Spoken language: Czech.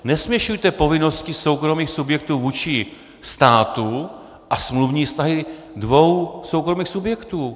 Nesměšujte povinnosti soukromých subjektů vůči státu a smluvní vztahy dvou soukromých subjektů.